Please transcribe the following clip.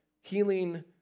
Healing